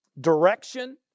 direction